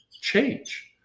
change